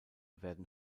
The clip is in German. werden